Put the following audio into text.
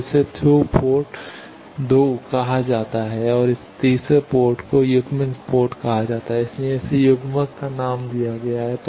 तो इसे through port 2 कहा जाता है और इस तीसरे पोर्ट को युग्मित पोर्ट कहा जाता है इसीलिए इसे युग्मक नाम दिया गया है